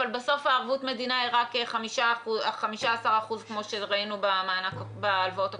אבל בסוף ערבות המדינה היא רק 15% כמו שראינו בהלוואות הקודמות?